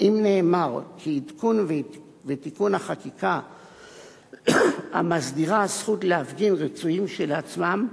אם נאמר כי עדכון ותיקון של החקיקה המסדירה זכות להפגין רצויים כשלעצמם,